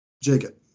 Jacob